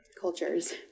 cultures